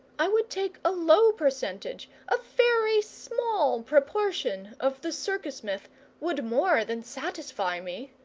i would take a low percentage a very small proportion of the circus myth would more than satisfy me.